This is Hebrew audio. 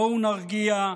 בואו נרגיע.